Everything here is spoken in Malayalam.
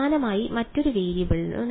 സമാനമായി മറ്റൊരു വേരിയബിളിന്